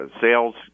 sales